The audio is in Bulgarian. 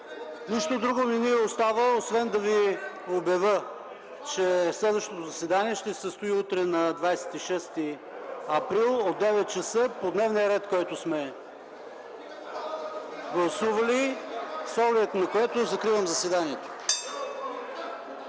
Нищо друго не ни остава, освен да обявя, че следващото заседание ще се състои утре, 26 април 2012 г., от 9,00 часа по дневния ред, който сме гласували, с оглед на което закривам заседанието.